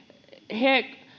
he